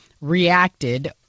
reacted